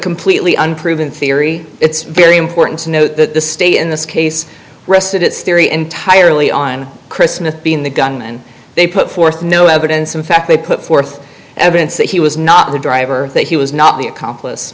unproven theory it's very important to note that the state in this case rested its theory entirely on christmas being the gunman they put forth no evidence in fact they put forth evidence that he was not the driver that he was not the accomplice